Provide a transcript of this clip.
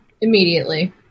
immediately